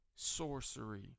sorcery